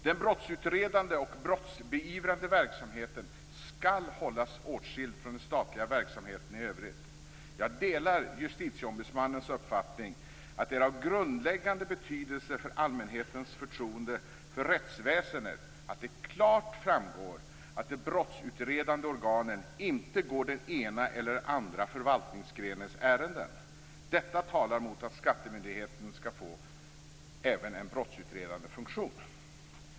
Den brottsutredande och brottsbeivrande verksamheten skall hållas åtskild från den statliga verksamheten i övrigt. Jag delar Justitieombudsmannens uppfattning att det är av grundläggande betydelse för allmänhetens förtroende för rättsväsendet att det klart framgår att de brottsutredande organen inte går den ena eller den andra förvaltningsgrenens ärenden. Detta talar mot att skattemyndigheten skall få även en brottsutredande funktion.